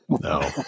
No